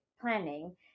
planning